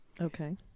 Okay